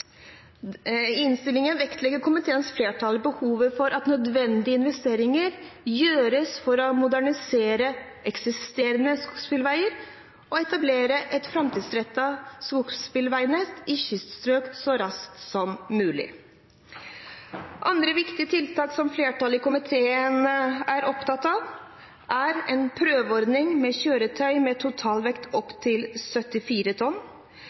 behovet for at nødvendige investeringer gjøres for å modernisere eksisterende skogsbilveier og etablere et framtidsrettet skogsbilveinett i kyststrøk så raskt som mulig. Andre viktige tiltak som flertallet i komiteen er opptatt av, er en prøveordning med kjøretøy med totalvekt opp til 74 tonn,